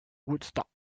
woodstock